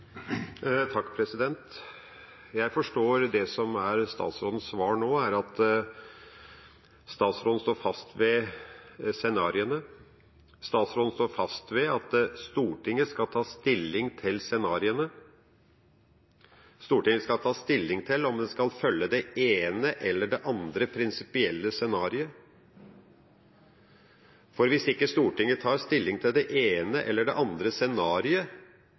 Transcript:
Jeg forstår at statsrådens svar nå er at han står fast ved scenarioene, statsråden står fast ved at Stortinget skal ta stilling til scenarioene. Stortinget skal ta stilling til om man skal følge det ene eller det andre prinsipielle scenarioet, for hvis ikke Stortinget tar stilling til det ene eller det andre scenarioet